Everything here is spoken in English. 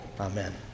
Amen